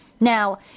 now